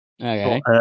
Okay